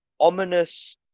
ominous